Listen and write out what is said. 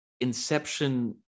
Inception